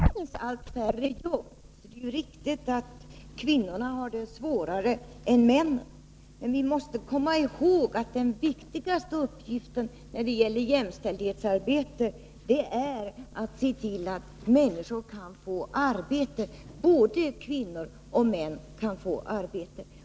Fru talman! Det är naturligtvis riktigt att i en situation där det finns allt färre jobb får kvinnorna det svårare än männen. Men vi måste komma ihåg att den viktigaste uppgiften i jämställdhetsarbetet är att se till att människor kan få arbete. Vi måste se till att både kvinnor och män kan få arbete.